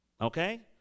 Okay